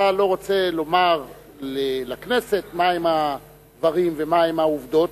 אתה לא רוצה לומר לכנסת מהם הדברים ומהן העובדות,